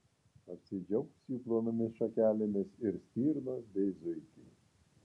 apsidžiaugs jų plonomis šakelėmis ir stirnos bei zuikiai